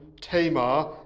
Tamar